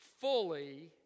fully